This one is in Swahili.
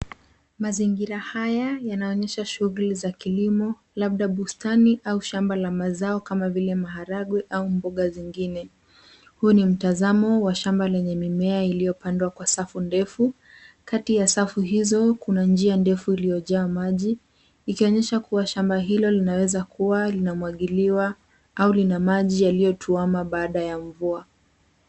Mazingira haya yanaonyesha shughuli za kilimo labda bustani au shamba la mazao kama vile ya maharagwe au mboga zingine. Huu ni mtazamo wa shamba lenye mimea iliyopandwa kwa safu ndefu. Kati ya safu hizo, kuna njia ndefu iliojaa maji, ikionyesha kuwa shamba hilo linaweza kuwa lina mwagiliwa au lina maji iliyotuama baada ya mvua.